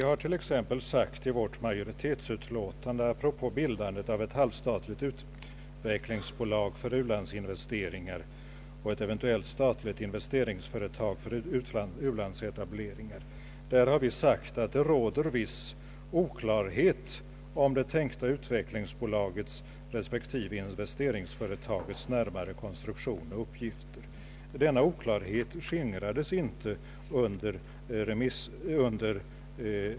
Herr talman!